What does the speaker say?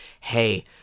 hey